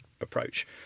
approach